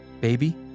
Baby